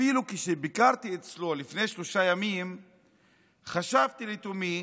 אפילו כשביקרתי אצלו לפני שלושה ימים חשבתי לתומי